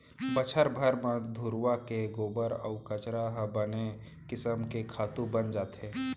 बछर भर म घुरूवा के गोबर अउ कचरा ह बने किसम के खातू बन जाथे